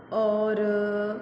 और